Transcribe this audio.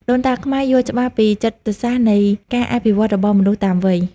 ដូនតាខ្មែរយល់ច្បាស់ពីចិត្តសាស្ត្រនៃការអភិវឌ្ឍរបស់មនុស្សតាមវ័យ។